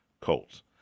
Colts